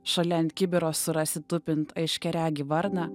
šalia ant kibiro surasi tupint aiškiaregį varną